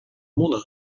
муна